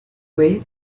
way